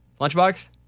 Lunchbox